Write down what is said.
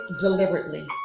deliberately